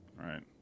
Right